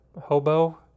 hobo